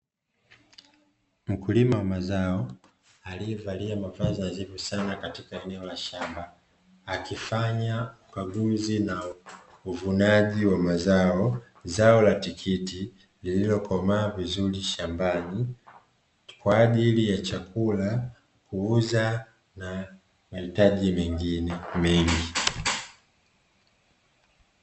Mkulima wa mazao aliyevalia mavazi nadhifu sana katika eneo la shamba, akifanya ukaguzi na uvunaji wa mazao. Zao la tikiti lililokomaa vizuri shambani kwa ajili ya chakula, kuuza na mahitaji mengine mengi.